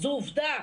זו עובדה.